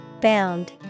Bound